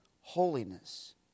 holiness